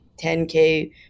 10k